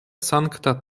sankta